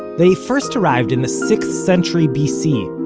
they first arrived in the sixth century bc,